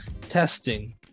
Testing